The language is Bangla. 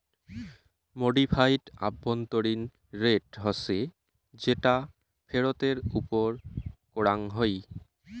মডিফাইড আভ্যন্তরীণ রেট হসে যেটা ফেরতের ওপর করাঙ হই